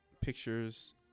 pictures